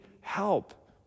help